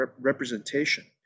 representation